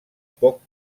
poc